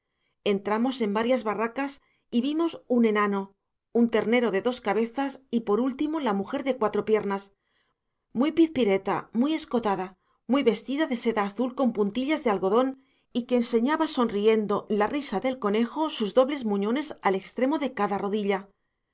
entramos en varias barracas y vimos un enano un ternero de dos cabezas y por último la mujer de cuatro piernas muy pizpireta muy escotada muy vestida de seda azul con puntillas de algodón y que enseñaba sonriendo la risa del conejo sus dobles muñones al extremo de cada rodilla